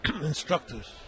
instructors